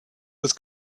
was